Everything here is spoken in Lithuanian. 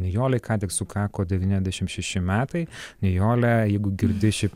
nijolei ką tik sukako devyniasdešim šeši metai nijole jeigu girdi šį